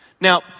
Now